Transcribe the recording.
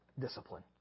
discipline